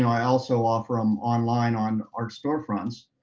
i also offer em online on art storefronts.